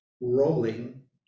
rolling